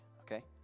okay